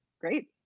Great